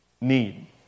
need